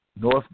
North